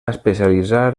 especialitzar